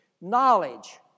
knowledge